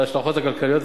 להשלכות הכלכליות,